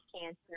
cancer